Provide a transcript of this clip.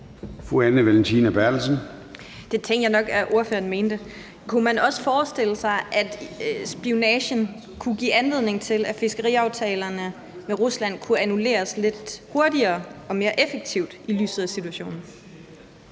Anne Valentina Berthelsen (SF): Det tænkte jeg nok at ordføreren mente. Kunne man også forestille sig, at spionagen kunne give anledning til, at fiskeriaftalerne med Rusland kunne annulleres lidt hurtigere og mere effektivt i lyset af situationen?